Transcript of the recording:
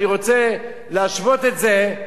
אני רוצה להשוות את זה,